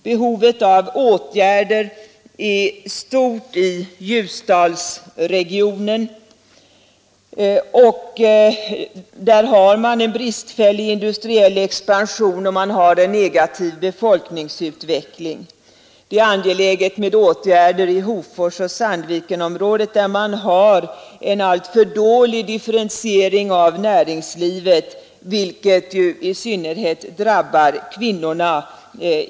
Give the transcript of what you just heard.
Behovet av åtgärder är stort i Ljusdalsregionen. Där har man en bristfällig industriell expansion och en negativ befolkningsutveckling. I Hoforsoch Sandvikenområdet är det angeläget att åtgärder vidtas, eftersom man där har en alltför dålig differentiering av näringslivet, vilket i synnerhet drabbar kvinnorna.